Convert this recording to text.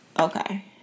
Okay